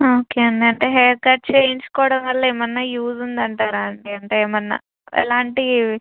okay అండి అంటే hair cut చేయించుకోడం వల్ల ఏమైనా యూజ్ ఉంది అంటారా అంటే ఏమన్నా ఎలాంటి